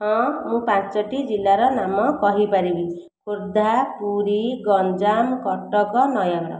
ହଁ ମୁଁ ପାଞ୍ଚଟି ଜିଲ୍ଲାର ନାମ କହି ପାରିବି ଖୋର୍ଦ୍ଧା ପୁରୀ ଗଞ୍ଜାମ କଟକ ନୟାଗଡ଼